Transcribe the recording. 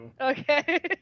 Okay